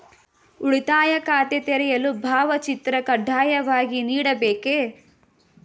ಉಳಿತಾಯ ಖಾತೆ ತೆರೆಯಲು ಭಾವಚಿತ್ರ ಕಡ್ಡಾಯವಾಗಿ ನೀಡಬೇಕೇ?